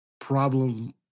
problem